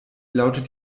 lautet